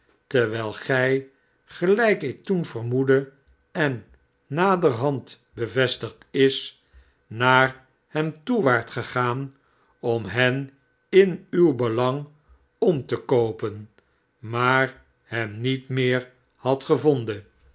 terwijl gij gelijk ik toen vermoedde en naderhand bevestigd is naar hen toe waart gegaan om hen in uw belang om te koopen maar hen nietmeerhadt gevonden